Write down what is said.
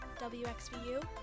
WXVU